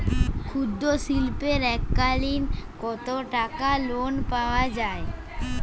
ক্ষুদ্রশিল্পের এককালিন কতটাকা লোন পাওয়া য়ায়?